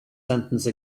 sentence